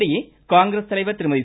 இதனிடையே காங்கிரஸ் தலைவர் திருமதி